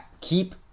Keep